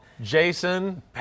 Jason